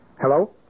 Hello